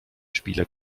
spieler